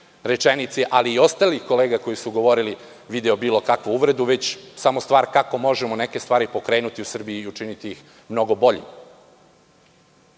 ali i ostalih kolega koji su govorili, video bilo kakvu ulogu, već je samo stvar kako možemo neke stvari pokrenuti u Srbiji i učiniti ih mnogo